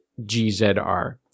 GZR